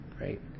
right